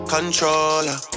Controller